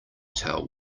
tell